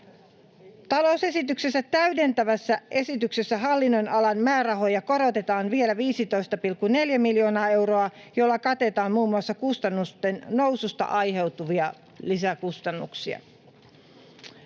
Talousarvioesityksen täydentävässä esityksessä hallinnonalan määrärahoja korotetaan vielä 15,4 miljoonaa euroa, jolla katetaan muun muassa kustannusten noususta aiheutuvia lisäkustannuksia.